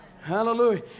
Hallelujah